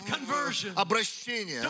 Conversion